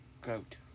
goat